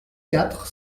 quatre